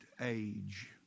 age